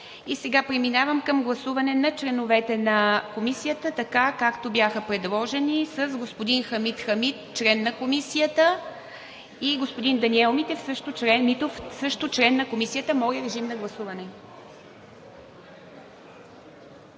Сега преминавам към гласуване на членовете на Комисията, така както бяха предложени, с господин Хамид Хамид – член на Комисията, и господин Даниел Митов – също член на Комисията. Гласували